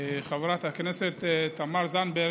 חברת הכנסת תמר זנדברג,